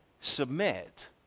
Submit